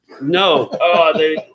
No